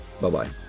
Bye-bye